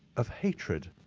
of hatred,